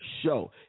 Show